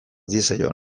diezaion